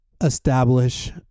establish